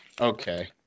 Okay